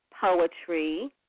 poetry